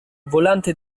volante